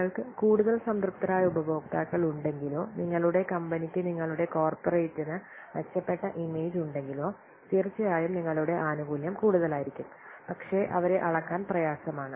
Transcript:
നിങ്ങൾക്ക് കൂടുതൽ സംതൃപ്തരായ ഉപഭോക്താക്കളുണ്ടെങ്കിലോ നിങ്ങളുടെ കമ്പനിയ്ക്ക് നിങ്ങളുടെ കോർപ്പറേറ്റിന് മെച്ചപ്പെട്ട ഇമേജ് ഉണ്ടെങ്കിലോ തീർച്ചയായും നിങ്ങളുടെ ആനുകൂല്യം കൂടുതലായിരിക്കും പക്ഷേ അവരെ അളക്കാൻ പ്രയാസമാണ്